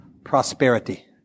prosperity